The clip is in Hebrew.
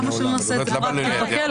למה שלא נעשה את זה פרקטית בכלא?